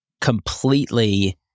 completely